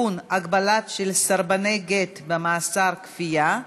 (תיקון, הגבלות על סרבני גט במאסר כפייה),